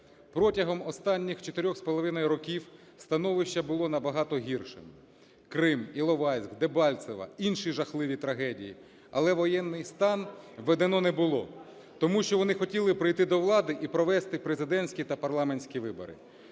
чотирьох з половиною років становище було набагато гірше. Крим, Іловайськ, Дебальцеве, інші жахливі трагедії, але воєнний стан введено не було. Тому що вони хотіли прийти до влади і провести президентські та парламентські вибори.